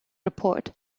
report